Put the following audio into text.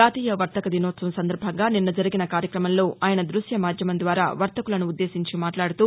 జాతీయ వర్తక దినోత్సవం సందర్బంగా నిన్న జరిగిస కార్యక్రమంలో ఆయస దృశ్య మాధ్యమం ద్వారా పర్తకులసు ఉద్దేశించి మాట్లాడుతూ